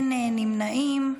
אין נמנעים.